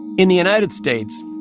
in the united states,